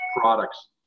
products